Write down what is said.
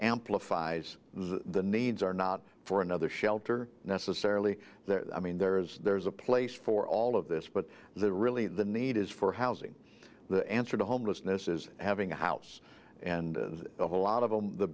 amplifies the needs are not for another shelter necessarily i mean there's there's a place for all of this but the really the need is for housing the answer to homelessness is having a house and a whole lot of the